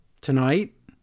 tonight